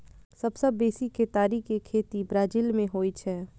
सबसं बेसी केतारी के खेती ब्राजील मे होइ छै